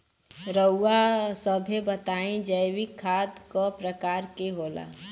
रउआ सभे बताई जैविक खाद क प्रकार के होखेला?